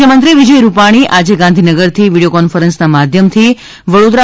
મુખ્યમંત્રી વિજય રૂપાણી આજે ગાંધીનગરથી વિડીયો કોન્ફરન્સના માધ્યમથી વડોદરા